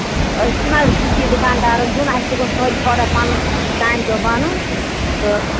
اسہِ چھِ نہ حظ بٕتھِ دُکان دارَن دیُن اَسہِ تہِ گوٚژھ توتہِ تھوڑا پَنُن کامہِ دۄہ بَنُن تہٕ